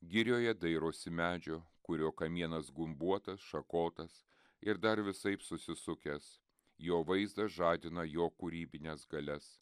girioje dairosi medžio kurio kamienas gumbuotas šakotas ir dar visaip susisukęs jo vaizdas žadina jo kūrybines galias